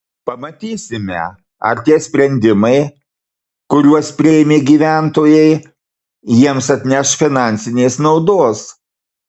pamatysime ar tie sprendimai kuriuos priėmė gyventojai jiems atneš finansinės naudos